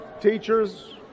teachers